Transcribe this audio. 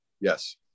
Yes